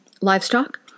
livestock